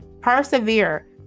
Persevere